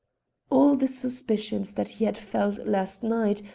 all the suspicions that he had felt last night,